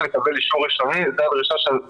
ברור לי שאנחנו צריכים לבדוק.